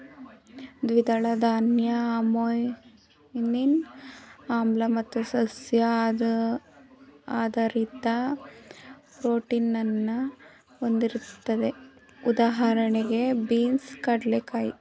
ದ್ವಿದಳ ಧಾನ್ಯ ಅಮೈನೋ ಆಮ್ಲ ಮತ್ತು ಸಸ್ಯ ಆಧಾರಿತ ಪ್ರೋಟೀನನ್ನು ಹೊಂದಿರ್ತದೆ ಉದಾಹಣೆಗೆ ಬೀನ್ಸ್ ಕಡ್ಲೆಕಾಯಿ